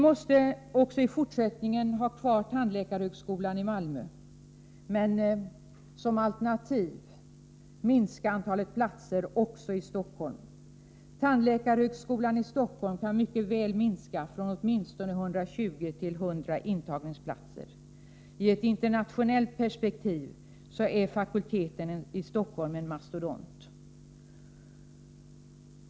Även i fortsättningen måste vi ha kvar tandläkarhögskolan i Malmö men såsom alternativ minska antalet platser också i Stockholm. Tandläkarhögskolan i Stockholm kan mycket väl minska från 120 till åtminstone 100 intagningsplatser. I ett internationellt perspektiv är fakulteten i Stockholm en mastodont.